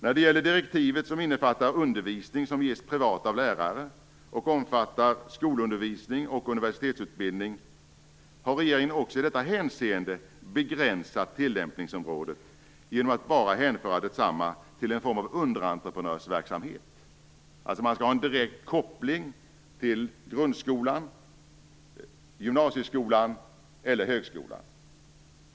När det gäller direktivet som innefattar undervisning som ges av privat av lärare och omfattar skolundervisning och universitetsutbildning har regeringen också begränsat tillämpningsområdet genom att bara hänföra detsamma till en form av underentreprenörsverksamhet, dvs. man skall ha en direkt koppling till grundskolan, gymnasieskolan eller högskolan.